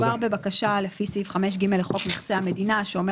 מדובר בבקשה לפי סעיף 5ג לפי חוק נכסי המדינה שאומר